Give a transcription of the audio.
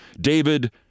David